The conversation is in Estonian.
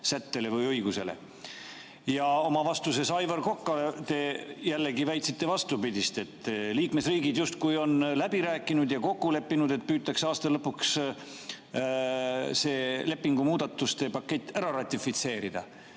Oma vastuses Aivar Kokale te jällegi väitsite vastupidist, et liikmesriigid justkui on läbi rääkinud ja kokku leppinud, et püütakse aasta lõpuks see lepingu muudatuste pakett ära ratifitseerida.